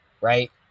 Right